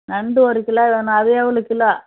நண்டு ஒரு கிலோ வேணும் அது எவ்வளோ கிலோ